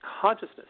consciousness